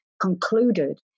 concluded